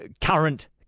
current